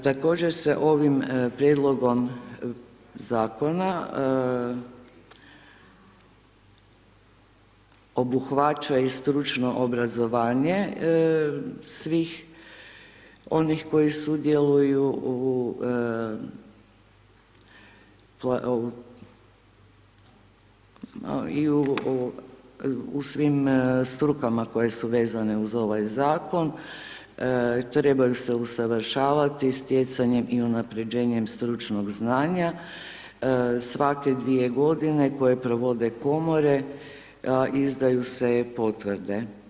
Također se ovim prijedlogom zakona obuhvaća i stručno obrazovanje svih onih koji sudjeluju u svim strukama koje su vezane uz ovaj zakon, trebaju se usavršavati stjecanjem i unaprjeđenjem stručnog znanja, svake 2 g. koje provode komore izdaju se potvrde.